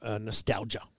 nostalgia